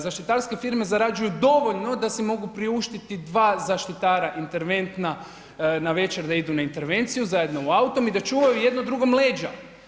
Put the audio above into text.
Zaštitarske firme zarađuju dovoljno da si mogu priuštiti dva zaštitara interventna na večer da idu na intervenciju zajedno autom i da čuvaju jedno drugom leđa.